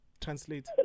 Translate